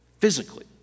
physically